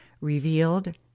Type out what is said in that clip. revealed